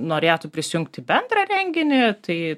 norėtų prisijungt į bendrą renginį tai